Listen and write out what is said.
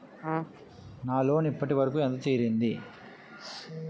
నా లోన్ ఇప్పటి వరకూ ఎంత తీరింది?